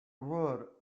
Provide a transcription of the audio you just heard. wool